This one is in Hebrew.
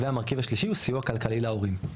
והמרכיב השלישי הוא סיוע כלכלי להורים,